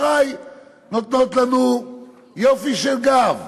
נותנות לנו יופי של גב.